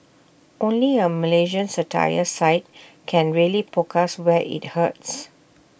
only A Malaysian satire site can really poke us where IT hurts